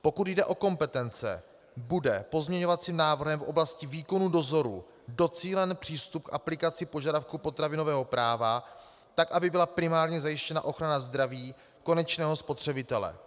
Pokud jde o kompetence, bude pozměňovacím návrhem v oblasti výkonu dozoru docílen přístup k aplikaci požadavku potravinového práva, tak aby byla primárně zajištěna ochrana zdraví konečného spotřebitele.